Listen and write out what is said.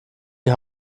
die